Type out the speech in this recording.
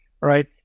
right